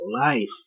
life